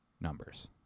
numbers